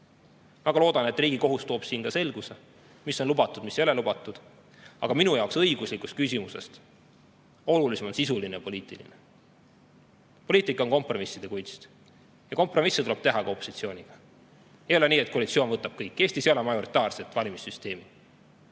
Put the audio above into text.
Väga loodan, et Riigikohus toob selguse, mis on lubatud ja mis ei ole lubatud, aga minu jaoks on õiguslikust küsimusest olulisem sisuline ja poliitiline küsimus. Poliitika on kompromisside kunst ja kompromisse tuleb teha ka opositsiooniga. Ei ole nii, et koalitsioon võtab kõik. Eestis ei ole majoritaarset valimissüsteemi.